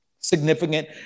significant